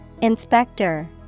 Inspector